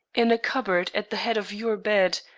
in a cupboard at the head of your bed,